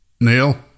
Neil